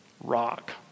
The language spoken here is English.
Rock